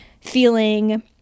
feeling